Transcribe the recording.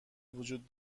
وجود